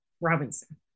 Robinson